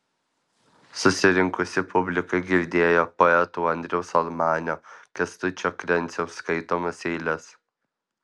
susirinkusi publika girdėjo poetų andriaus almanio kęstučio krenciaus skaitomas eiles